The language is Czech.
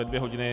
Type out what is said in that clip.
Děkuji.